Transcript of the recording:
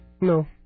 No